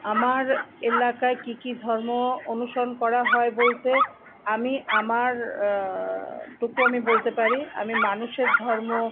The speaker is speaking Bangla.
আমার এলাকায় কি কি ধর্ম অনুসরণ করা হয় বলতে আমি আমার টুকু আমি বলতে পারি আমি মানুষের ধর্ম